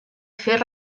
fer